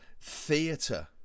theatre